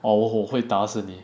or 我会打死你